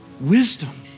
wisdom